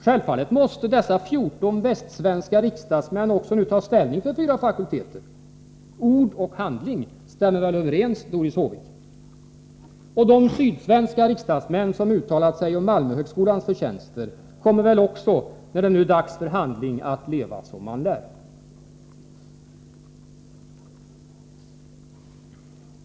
Självfallet måste dessa 14 västsvenska riksdagsmän också nu ta ställning för fyra fakulteter. Ord och handling stämmer väl överens, Doris Håvik! Och de sydsvenska riksdagsmän som uttalat sig om Malmöhögskolans förtjänster kommer väl också, när det nu är dags för handling, att leva som man lärt?